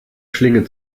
schlinge